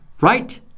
Right